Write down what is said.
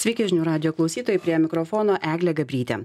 sveiki žinių radijo klausytojai prie mikrofono eglė gabrytė